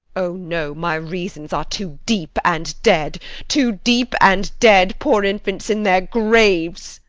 o, no, my reasons are too deep and dead too deep and dead, poor infants, in their graves.